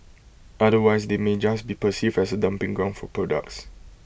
otherwise they may just be perceived as A dumping ground for products